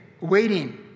waiting